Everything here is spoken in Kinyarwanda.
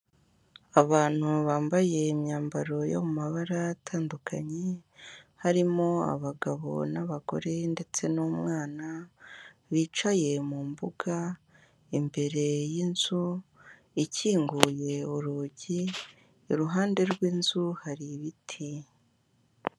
Abantu bambaye imyambaro yo mu mabara atandukanye harimo abagabo n'abagore ndetse n'umwana, bicaye mu mbuga imbere y'inzu ikinguye urugi, iruhande rw'inzu hari ibiti.